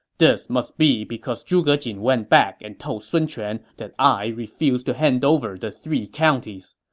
this must be because zhuge jin went back and told sun quan that i refused to hand over the three counties,